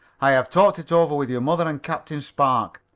i have talked it over with your mother and captain spark,